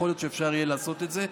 יכול להיות שאפשר יהיה לעשות את זה.